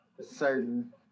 certain